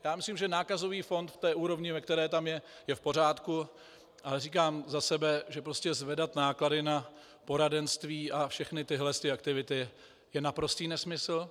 Já myslím, že nákazový fond v té úrovni, ve které tam je, je v pořádku, ale říkám za sebe, že zvedat náklady na poradenství a všechny tyhle aktivity je naprostý nesmysl.